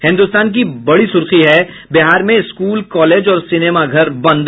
हिन्द्रस्तान की बड़ी सूर्खी है बिहार में स्कूल कॉलेज और सिनेमाघर बंद